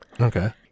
Okay